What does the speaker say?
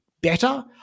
better